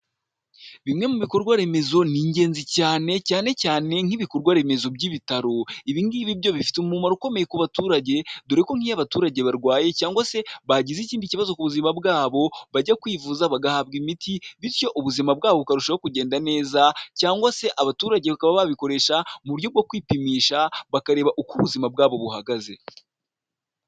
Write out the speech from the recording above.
Bimwe mu bikorwa remezo ni ingenzi cyane, cyane cyane nk'ibikorwa remezo by'ibitaro. Ibi ngibi byo bifite umumaro ukomeye ku baturage, dore ko nk'iyo abaturage barwaye cyangwa se bagize ikindi kibazo ku buzima bwabo, bajya kwivuza bagahabwa imiti, bityo ubuzima bwabo bukarushaho kugenda neza cyangwa se abaturage bakaba babikoresha mu buryo bwo kwipimisha, bakareba uko ubuzima bwabo buhagaze.